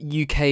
UK